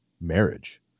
marriage